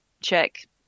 check